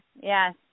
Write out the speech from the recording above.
Yes